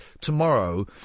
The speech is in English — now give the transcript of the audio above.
Tomorrow